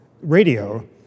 radio